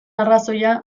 arrazoia